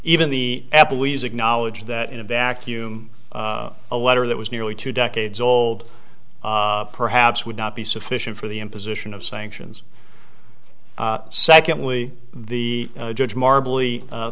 even the employees acknowledge that in a vacuum a letter that was nearly two decades old perhaps would not be sufficient for the imposition of sanctions secondly the judge